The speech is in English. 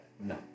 No